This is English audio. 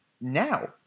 now